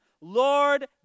Lord